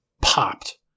popped